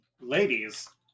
Ladies